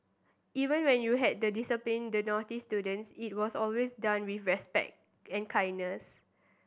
even when you had the discipline the naughty students it was always done with respect and kindness